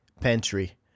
pantry